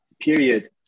period